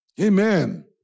Amen